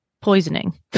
poisoning